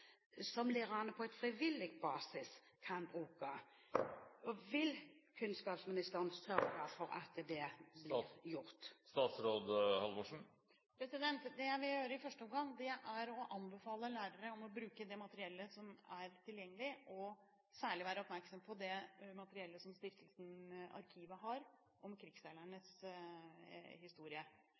som lærerne på frivillig basis kan bruke. Vil kunnskapsministeren sørge for at det blir gjort? Det jeg vil gjøre i første omgang, er å anbefale lærere å bruke det materiellet som er tilgjengelig, og særlig være oppmerksom på det materiellet som Stiftelsen Arkivet har om krigsseilernes historie.